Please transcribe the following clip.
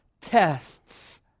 tests